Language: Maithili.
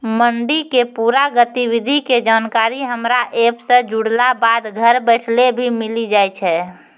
मंडी के पूरा गतिविधि के जानकारी हमरा एप सॅ जुड़ला बाद घर बैठले भी मिलि जाय छै